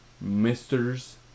misters